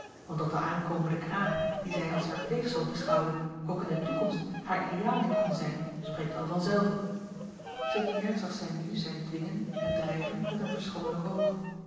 want dat de aankomende knaap dien zij als haar pleegzoon beschouwde ook in de toekomst haar ideaal niet kon zijn spreek wel vanzelve te meer zag zij nu zijn dwingen en drijven met een verschoonlijk oog